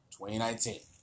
2019